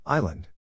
Island